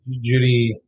Judy